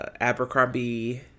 Abercrombie